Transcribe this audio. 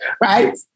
Right